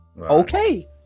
Okay